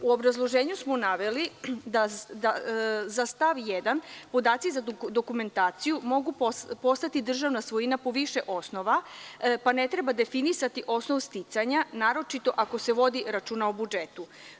U obrazloženju smo naveli za stav 1 – podaci za dokumentaciju mogu postati državna svojina po više osnova, pa ne treba definisati osnov sticanja, naročito ako se vodi računa o budžetu.